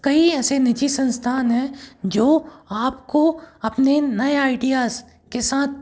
कई ऐसे निजी संस्थान हैं जो आप को अपने नए आइडियास के साथ